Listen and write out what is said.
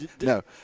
No